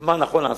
מה נכון לעשות.